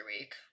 week